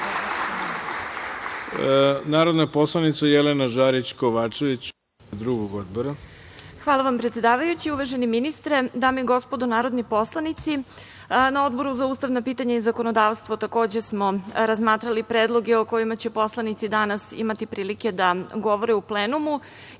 Odbora. **Jelena Žarić Kovačević** Hvala vam, predsedavajući. Uvaženi ministre, dame i gospodo narodni poslanici, na Odboru za ustavna pitanja i zakonodavstvo, takođe smo razmatrali predloge o kojima će poslanici danas imati prilike da govore u plenumu. Šta